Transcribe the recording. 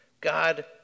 God